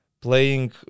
playing